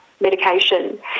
medication